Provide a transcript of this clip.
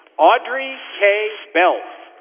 audrey k. belf